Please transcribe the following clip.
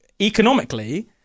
Economically